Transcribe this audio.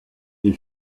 est